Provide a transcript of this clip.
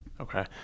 Okay